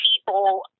people